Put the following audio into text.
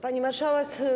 Pani Marszałek!